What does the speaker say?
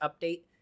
update